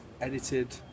edited